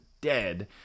dead